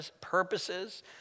purposes